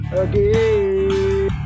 again